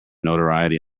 notoriety